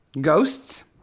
Ghosts